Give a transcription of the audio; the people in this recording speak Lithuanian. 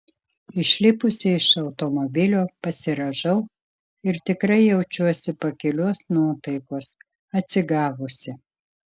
išlipusi iš automobilio pasirąžau ir tikrai jaučiuosi pakilios nuotaikos atsigavusi